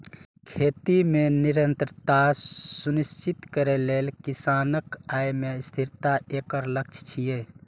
खेती मे निरंतरता सुनिश्चित करै लेल किसानक आय मे स्थिरता एकर लक्ष्य छियै